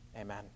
amen